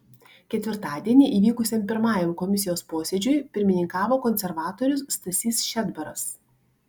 ketvirtadienį įvykusiam pirmajam komisijos posėdžiui pirmininkavo konservatorius stasys šedbaras